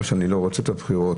לא שאני לא רוצה את הבחירות,